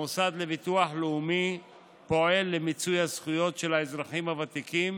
המוסד לביטוח לאומי פועל למיצוי הזכויות של האזרחים הוותיקים